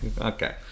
Okay